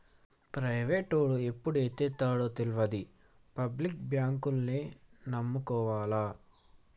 ప్రైవేటోడు ఎప్పుడు ఎత్తేత్తడో తెల్వది, పబ్లిక్ బాంకుల్నే నమ్ముకోవాల